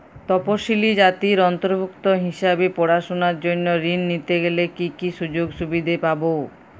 তফসিলি জাতির অন্তর্ভুক্ত হিসাবে পড়াশুনার জন্য ঋণ নিতে গেলে কী কী সুযোগ সুবিধে পাব?